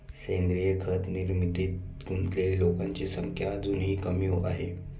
सेंद्रीय खत निर्मितीत गुंतलेल्या लोकांची संख्या अजूनही कमी आहे